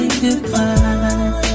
goodbye